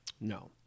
no